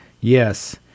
Yes